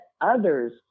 others